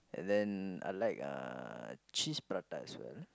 then I like uh cheese prata as well